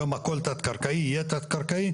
היום הכל תת קרקעי, יהיה תת קרקעי.